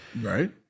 Right